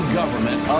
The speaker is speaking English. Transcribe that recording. government